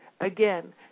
again